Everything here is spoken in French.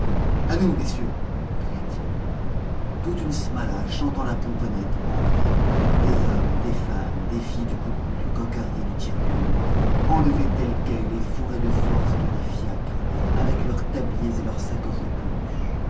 à nous messieurs cria-t-il toute une smala chantant la pomponnette entrait des hommes des femmes des filles du coucou du coq hardy du tir cul enlevées telles quelles et fourrées de force dans des fiacres avec leurs tabliers et leurs sacoches de peluche